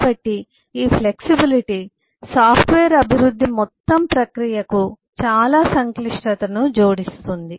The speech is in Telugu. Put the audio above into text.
కాబట్టి ఈ ఫ్లెక్సిబిలిటీ సాఫ్ట్వేర్ అభివృద్ధి మొత్తం ప్రక్రియకు చాలా సంక్లిష్టతను జోడిస్తుంది